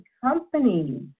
companies